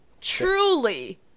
Truly